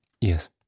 yes